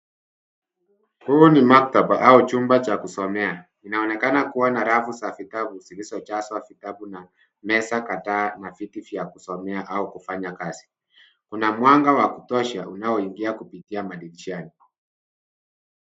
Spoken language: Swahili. Huu ni maktaba au chumba cha kusomea. Inaonekana kua na rafu za vitabu zilizojazwa vitabu na meza kadhaa na viti vya kusomea au kufanya kazi. Kuna mwanga wa kutosha unaoingia kupitia madirishani.